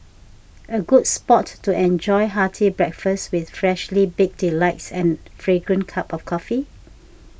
a good spot to enjoy hearty breakfast with freshly baked delights and fragrant cup of coffee